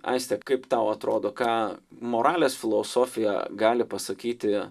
aiste kaip tau atrodo ką moralės filosofija gali pasakyti